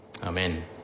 Amen